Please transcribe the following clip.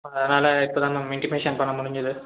அதனால் இப்போதான் ma'am intimation பண்ண முடிஞ்சுது